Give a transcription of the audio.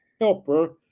Helper